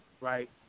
right